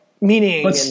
meaning